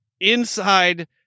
inside